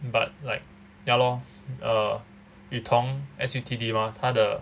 but like ya lor err yu tong S_U_t_D mah 她的